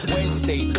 Wednesday